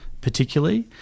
particularly